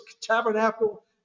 tabernacle